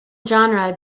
genre